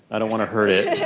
i don't want to hurt it.